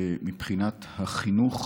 מבחינת החינוך,